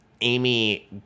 Amy